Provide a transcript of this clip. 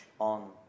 on